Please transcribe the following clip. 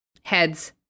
Heads